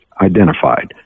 identified